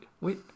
wait